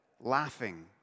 laughing